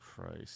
Christ